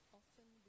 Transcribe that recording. often